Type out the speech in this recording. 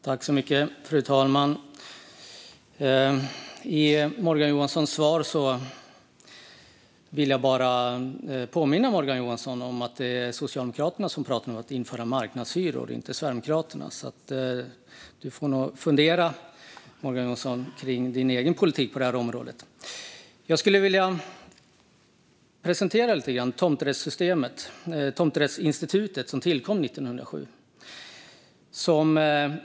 Fru talman! Jag vill bara påminna Morgan Johansson om att det är Socialdemokraterna och inte Sverigedemokraterna som pratar om att införa marknadshyror. Morgan Johansson får nog fundera kring sin egen politik på detta område. Jag skulle vilja presentera tomträttsinstitutet som tillkom 1907.